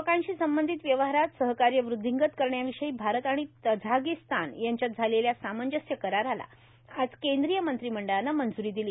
यवकांशी संबंधित व्यवहारात सहकार्य वृद्विंगत करण्याविषयी भारत आणि तझाकिस्तान यांच्यात झालेल्या सामंजस्य कराराला आज केंद्रीय मंत्रिमंडळानं मंज्री दिली